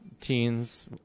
teens